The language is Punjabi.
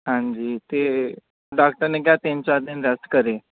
ਹਾਂਜੀ ਅਤੇ ਡਾਕਟਰ ਨੇ ਕਿਹਾ ਤਿੰਨ ਚਾਰ ਦਿਨ ਰੈਸਟ ਕਰੇ